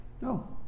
No